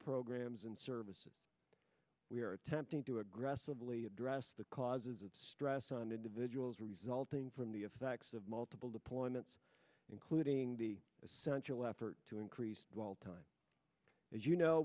programs and services we are attempting to aggressively address the causes of stress on individuals resulting from the effects of multiple deployments including the essential effort to increase while time as you know